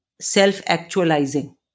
self-actualizing